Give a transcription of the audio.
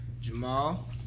Jamal